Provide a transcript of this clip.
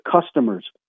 customers